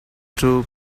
true